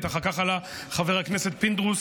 אבל אנחנו לא יכולים להרשות לעצמנו עבירות בבית משפט מחוזי.